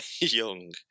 young